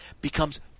becomes